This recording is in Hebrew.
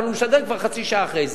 אבל הוא משדר כבר חצי שעה אחרי זה.